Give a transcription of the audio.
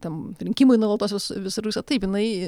ten rinkimai nuolatos visą visataip jinai